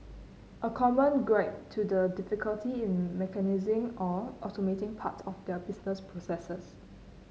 a common gripe to the difficulty in mechanising or automating parts of their business processes